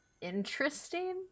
Interesting